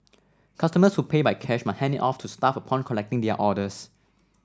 customers who pay by cash must hand it to staff upon collecting their orders